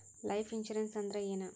Life insurance ಅಂದ್ರ ಏನ?